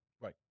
Right